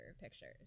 pictures